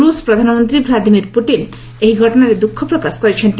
ରୁଷ୍ ପ୍ରଧାନମନ୍ତ୍ରୀ Vladimir Putin ଏହି ଘଟଣାରେ ଦ୍ୟୁଖ ପ୍ରକାଶ କରିଛନ୍ତି